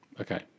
Okay